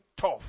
tough